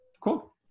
Cool